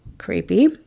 creepy